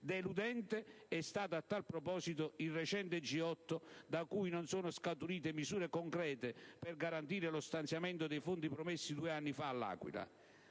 deludente è stato a tal proposito il recente G8, da cui non sono scaturite misure concrete per garantire lo stanziamento dei fondi promessi due anni fa all'Aquila.